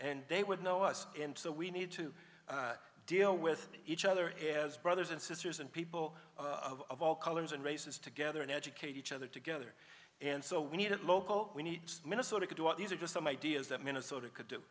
and they would know us in so we need to deal with each other is brothers and sisters and people of all colors and races together and educate each other together and so we need local we need minnesota to do all these are just some ideas that minnesota could do